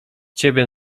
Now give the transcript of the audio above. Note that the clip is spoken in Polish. ciebie